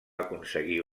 aconseguir